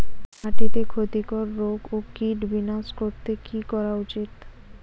মাটিতে ক্ষতি কর রোগ ও কীট বিনাশ করতে কি করা উচিৎ?